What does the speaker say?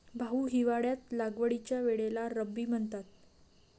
भाऊ, हिवाळ्यात लागवडीच्या वेळेला रब्बी म्हणतात